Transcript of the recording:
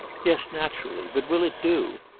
yes, naturally. but will it do?